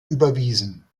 überwiesen